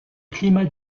climat